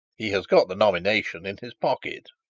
he has got the nomination in his pocket